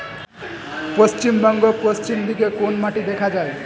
পশ্চিমবঙ্গ পশ্চিম দিকে কোন মাটি দেখা যায়?